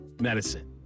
medicine